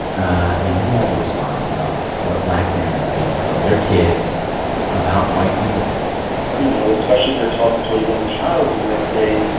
and he has a response about what black parents can tell their kids about white people you know, especially if you're talking to a young child, you might say,